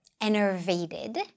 enervated